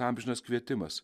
amžinas kvietimas